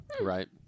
Right